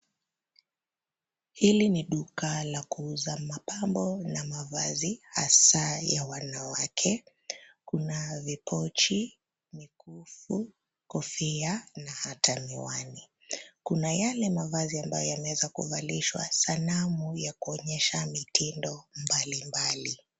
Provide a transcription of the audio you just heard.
Hili ni duka la kuuza mapambo na mavazi hasa ya wanawake kuna vipochi, mikufu, kofia na hata miwani. Kuna yale mavazi ambaye yameweza kuvalishwa sanamu ya kuonyesha mitindo mbali mbali.